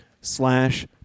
slash